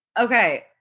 Okay